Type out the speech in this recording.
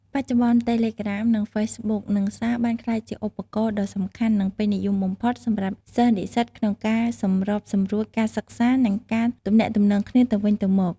បច្ចុប្បន្ន តេឡេក្រាម និង ហ្វេសបុក និង សារ បានក្លាយជាឧបករណ៍ដ៏សំខាន់ និងពេញនិយមបំផុតសម្រាប់សិស្សនិស្សិតក្នុងការសម្របសម្រួលការសិក្សា និងការទំនាក់ទំនងគ្នាទៅវិញទៅមក។